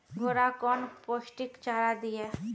घोड़ा कौन पोस्टिक चारा दिए?